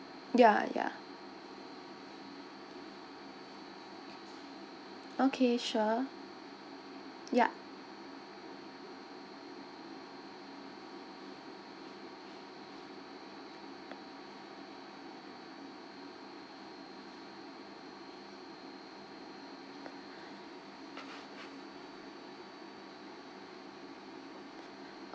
ya ya okay sure ya